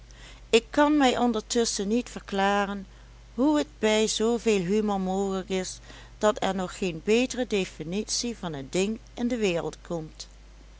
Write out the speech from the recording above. ik kan mij ondertusschen niet verklaren hoe t bij zoo veel humor mogelijk is dat er nog geen betere definitie van het ding in de wereld komt